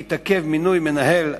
התעכב מינוי מנהל,